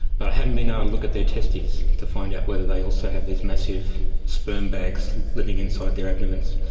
but i haven't been able ah to look at their testes to find out whether they also have these massive sperm bags living inside their abdomens.